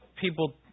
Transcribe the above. people